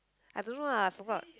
I don't know lah forgot